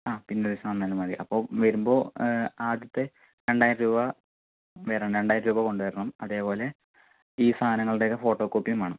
ആ പിന്നെ ഒരുദിവസം വന്നാലും മതി വരുമ്പോൾ ആദ്യത്തെ രണ്ടായിരം രൂപ രണ്ടായിരം രൂപ കൊണ്ടുവരണം അതേപോലെ ഈ സാനങ്ങളുടെയൊക്കെ ഫോട്ടോ കോപ്പീം വേണം